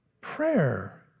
Prayer